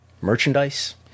Merchandise